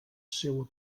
seua